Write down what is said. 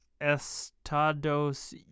Estados